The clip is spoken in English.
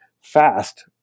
fast